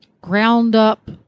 ground-up